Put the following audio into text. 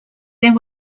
then